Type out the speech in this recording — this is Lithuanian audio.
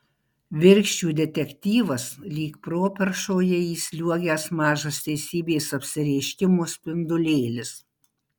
virkščių detektyvas lyg properšoje įsliuogęs mažas teisybės apsireiškimo spindulėlis